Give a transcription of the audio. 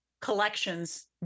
collections